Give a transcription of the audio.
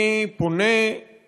אני פונה אל